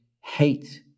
hate